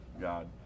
God